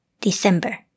December